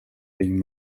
being